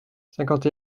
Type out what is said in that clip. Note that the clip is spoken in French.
cinquante